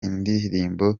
indirimbo